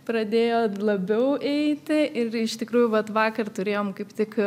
pradėjo labiau eiti ir iš tikrųjų vat vakar turėjom kaip tik